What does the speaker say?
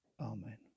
Amen